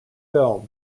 film